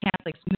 Catholics